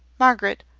margaret,